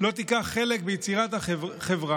לא תיקח חלק ביצירת החברה.